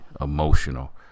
emotional